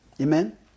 Amen